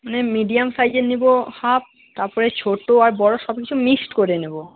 মানে মিডিয়াম সাইজের নেব হাফ তারপরে ছোটো আর বড়ো সবকিছু মিক্সড করে নেব